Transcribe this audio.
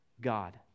God